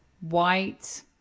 white